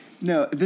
No